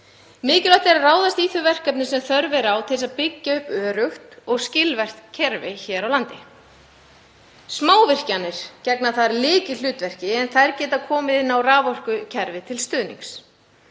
Mikilvægt er að ráðast í þau verkefni sem þörf er á til þess að byggja upp öruggt og skilvirkt kerfi hér á landi. Smávirkjanir gegna þar lykilhlutverki en þær geta komið inn á raforkukerfi til stuðnings.